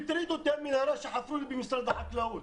הטרידה אותי המנהרה שחפרו לי במשרד החקלאות.